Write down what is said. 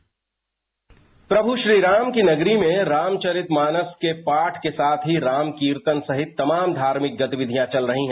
dispatch प्रभू श्रीराम की नगरी में रामचरितमानस के पाठ के साथ ही राम कीर्तन सहित तमाम धार्मिक गतिविधियां चल रही हैं